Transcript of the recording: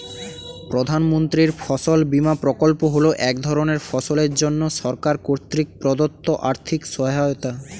প্রধানমন্ত্রীর ফসল বিমা প্রকল্প হল এক ধরনের ফসলের জন্য সরকার কর্তৃক প্রদত্ত আর্থিক সহায়তা